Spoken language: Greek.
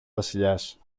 βασιλιάς